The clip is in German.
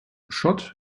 schott